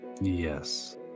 Yes